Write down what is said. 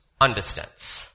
understands